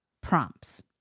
prompts